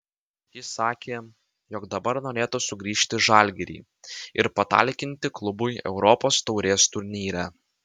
jis sakė jog dabar norėtų sugrįžti į žalgirį ir patalkinti klubui europos taurės turnyre